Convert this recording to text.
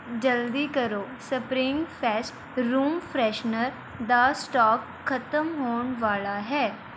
ਜਲਦੀ ਕਰੋ spring fest room freshener ਦਾ ਸਟੋਕ ਖ਼ਤਮ ਹੋਣ ਵਾਲਾ ਹੈ